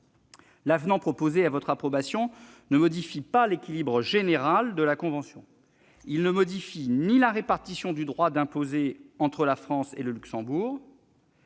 L'avenant proposé à votre approbation ne modifie pas l'équilibre général de la convention. Il ne modifie ni la répartition du droit d'imposer entre la France et le Luxembourg